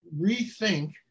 rethink